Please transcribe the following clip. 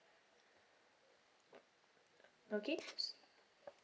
okay so